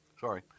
sorry